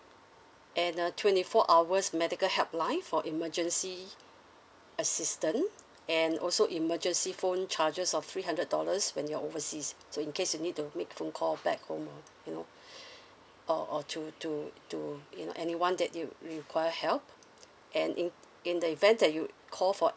and uh twenty four hours medical help line for emergency assistant and also emergency phone charges of three hundred dollars when you're overseas so in case you need to make phone call back home ah you know or or to to to you know anyone that you require help and in in the event that you called for